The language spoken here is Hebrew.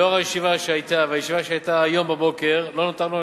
לאור הישיבה שהיתה והישיבה שהיתה היום בבוקר לא נותר לנו